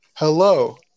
Hello